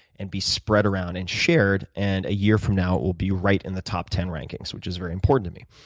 and be spread around and shared, and a year from now it will be right in the top ten rankings, which is very important to me.